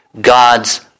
God's